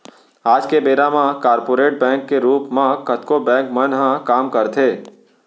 आज के बेरा म कॉरपोरेट बैंक के रूप म कतको बेंक मन ह काम करथे